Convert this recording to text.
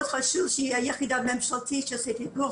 מאוד חשוב שתהיה יחידה ממשלתית שעושה פיקוח